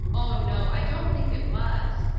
oh no, i don't think it was.